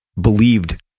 believed